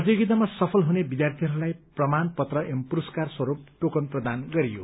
प्रतियोगितामा सफल हुने विद्यार्थीहरूलाई प्रमाण पत्र एवं पुरस्कार स्वरूप टोकन प्रदान गरियो